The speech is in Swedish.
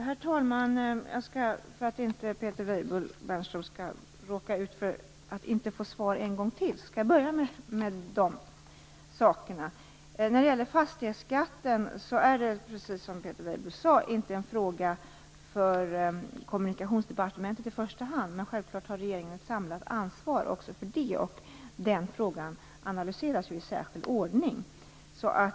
Herr talman! För att Peter Weibull Bernström inte skall råka ut för att inte få svar en gång till, skall jag börja med hans frågor. Fastighetsskatten är inte, precis som Peter Weibull Bernstöm sade, en fråga för i första hand Kommunikationsdepartementet. Men självklart har regeringen ett samlat ansvar också för det, och den frågan analyseras i särskild ordning.